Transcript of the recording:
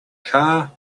car